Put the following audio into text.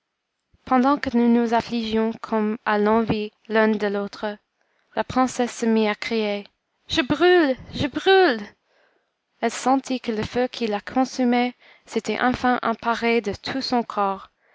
pendant que nous nous affligions comme à l'envi l'un de l'autre la princesse se mit à crier je brûle je brûle elle sentit que le feu qui la consumait s'était enfin emparé de tout son corps